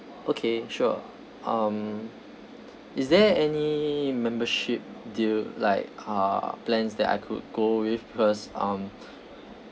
okay sure um is there any membership deal like uh plans that I could go with cause um